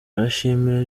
arashimira